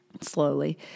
slowly